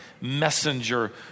messenger